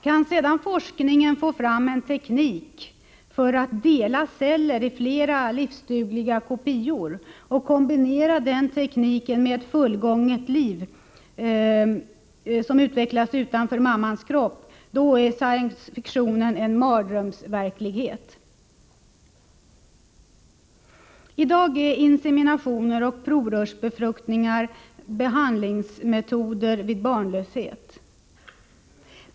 Kan sedan forskningen få fram en teknik för att dela celler i flera livsdugliga kopior och kombinera den tekniken med metoder så att liv kan fullt utvecklas utanför mammans kropp, då är denna science fiction en mardrömsverklighet. I dag är inseminationer och provrörsbefruktningar behandlingsmetoder vid barnlöshet.